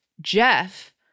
Jeff